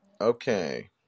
Okay